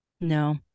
No